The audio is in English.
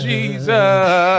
Jesus